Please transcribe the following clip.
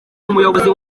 umuyobozi